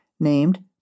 named